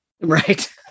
Right